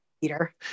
Peter